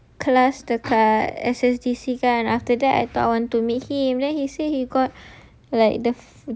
ah I got class dekat S_S_T_C kan after that I thought want to meet him then he say he got